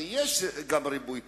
הרי יש ריבוי טבעי.